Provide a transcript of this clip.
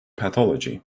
pathology